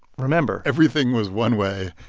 remember everything was one way,